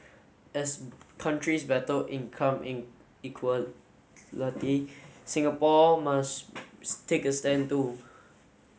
as countries battle income Singapore must take a stand too